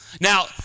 Now